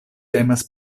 temas